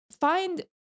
find